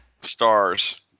Stars